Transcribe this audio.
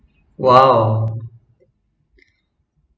!wow!